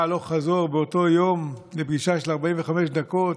הלוך-חזור באותו יום לפגישה של 45 דקות,